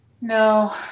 No